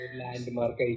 landmark